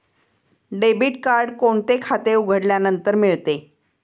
Debit card कोणते खाते उघडल्यानंतर मिळते?